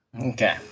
okay